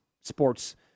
sports